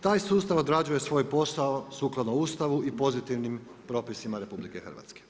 Taj sustav odrađuje svoj posao sukladno Ustavu i pozitivnim propisima RH.